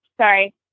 sorry